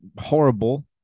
horrible